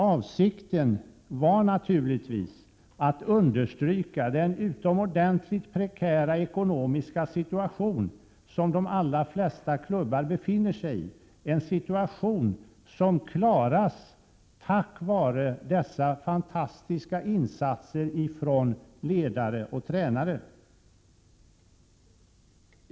Avsikten var naturligtvis att understryka den utomordentligt prekära ekonomiska situation som de allra flesta klubbar befinner sig i, en situation som klaras tack vare dessa fantastiska insatser från ledare och tränare.